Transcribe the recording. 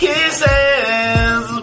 Kisses